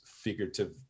figurative